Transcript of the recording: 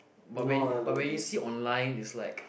but when but when you see online is like